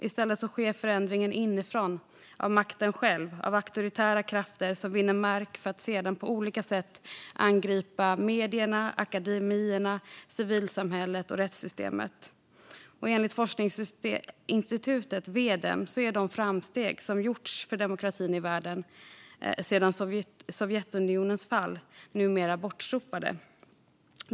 I stället sker förändringen inifrån av makten själv, av auktoritära krafter som vinner mark för att sedan på olika sätt angripa medierna, akademierna, civilsamhället och rättssystemet. Enligt forskningsinstitutet V-Dem är de framsteg som gjorts för demokratin i världen sedan Sovjetunionens fall numera bortsopade.